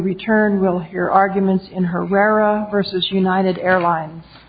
return we'll hear arguments in herrera versus united airlines